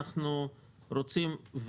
אנחנו רוצים,